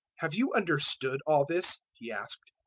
have you understood all this? he asked.